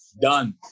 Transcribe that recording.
Done